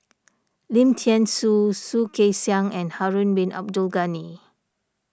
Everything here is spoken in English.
Lim thean Soo Soh Kay Siang and Harun Bin Abdul Ghani